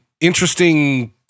interesting